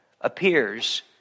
appears